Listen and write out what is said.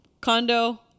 condo